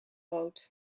rood